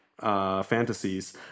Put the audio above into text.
fantasies